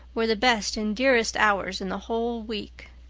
were the best and dearest hours in the whole week.